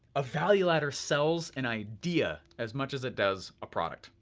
a value ladder sells an idea, as much as it does a product,